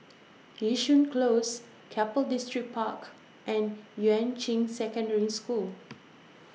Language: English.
Yishun Close Keppel Distripark and Yuan Ching Secondary School